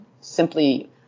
simply